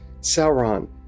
Sauron